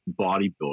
bodybuilding